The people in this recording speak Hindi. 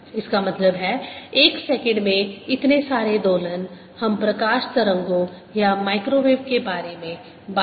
इसका मतलब है एक सेकंड में इतने सारे दोलन हम प्रकाश तरंगों या माइक्रोवेव के बारे में बात कर रहे हैं